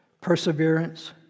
perseverance